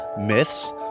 myths